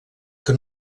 que